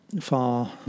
far